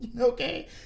okay